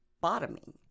bottoming